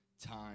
time